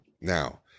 now